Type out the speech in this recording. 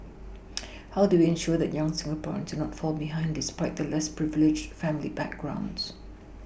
how do we ensure that young Singaporeans do not fall behind despite their less privileged family backgrounds